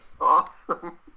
Awesome